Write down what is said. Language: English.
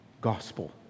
gospel